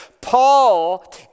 Paul